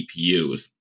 gpus